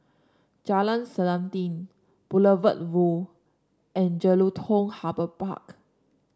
Jalan Selanting Boulevard Vue and Jelutung Harbour Park